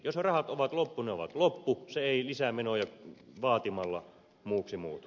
jos rahat ovat loppu ne ovat loppu se ei lisämenoja vaatimalla muuksi muutu